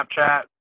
Snapchat